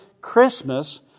Christmas